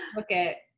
Okay